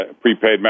prepaid